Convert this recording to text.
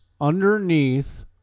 underneath